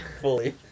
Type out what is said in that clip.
fully